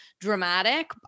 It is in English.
dramatic